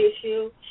issue